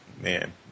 man